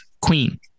queen